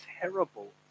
terrible